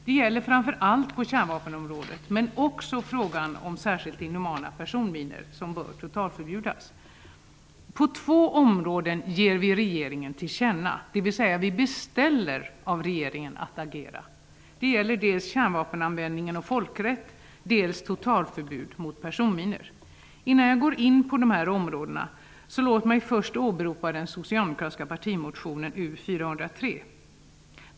Det gäller framför allt på kärnvapenområdet, men också frågan om särskilt inhumana personminor som bör totalförbjudas. På två områden ger vi regeringen någonting till känna, dvs. vi beställer av regeringen att den skall agera. Det gäller dels kärnvapenanvändningen och folkrätt, dels totalförbud mot personminor. Låt mig innan jag går in på dessa områden åberopa den socialdemokratiska partimotionen U403.